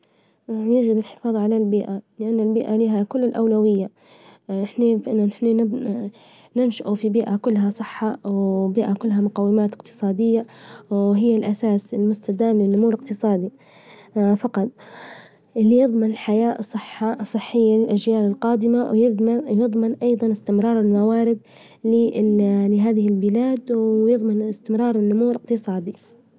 يجب الحفاظ على البيئة لأن البيئة ليها كل الأولوية، إحنا- إحنا ننشأ ننشأوا في بيئة كلها صحة، وبيئة كلها مقومات اقتصادية، وهي الأساس المستدام لنموالاقتصادي، فقط إللي يظمن الحياة الصحية للأجيال القادمة، ويظمن- يظمن أيظا استمرار الموارد لهذه البلاد، ويظمن استمرار النموالاقتصادي.